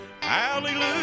Hallelujah